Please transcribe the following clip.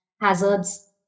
hazards